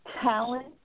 talent